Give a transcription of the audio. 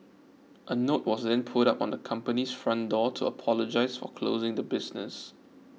a note was then put up on the company's front door to apologise for closing the business